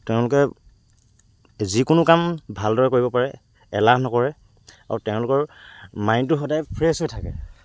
তেওঁলোকে যিকোনো কাম ভালদৰে কৰিব পাৰে এলাহ নকৰে আৰু তেওঁলোকৰ মাইণ্ডটো সদায় ফ্ৰেছ হৈ থাকে